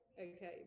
okay